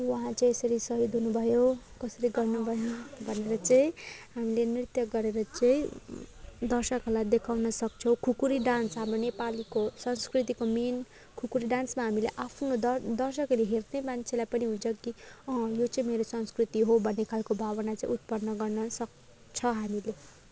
उहाँ चाहिँ यसरी सहिद हुनु भयो कसरी गर्नु भयो भनेर चाहिँ हामीले नृत्य गरेर चाहिँ दर्शकहरूलाई देखाउन सक्छौँ खुकुरी डान्स हाम्रो नेपालीको संस्कृतिको मेन खुकुरी डान्समा हामीले आफ्नो दर दर्शकहरूले हेर्ने मान्छेलाई पनि हुन्छ कि अँ यो चाहिँ मेरो संस्कृति हो भन्ने खालको भावना चाहिँ उत्पन्न गर्न सक्छ हामीले